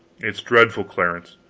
it's dreadful, clarence.